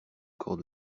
corps